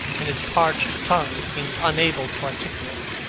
and his parched tongue seemed unable to articulate.